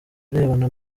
birebana